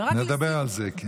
נדבר על זה.